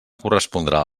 correspondrà